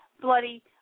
bloody